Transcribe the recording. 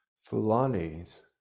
Fulani's